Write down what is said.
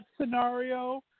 scenario